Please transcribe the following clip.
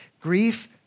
Grief